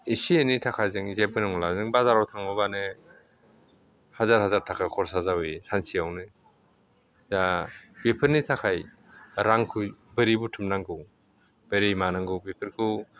एसे एनै थाखाजों जेबो नंला नों बाजाराव थाङोबानो हाजार हाजार थाखा खरसा जाबोयो सानसेयावनो दा बेफोरनि थाखाय रांखौ बोरै बुथुमनांगौ बोरै मानांगौ बेफोरखौ